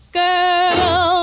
girl